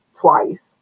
twice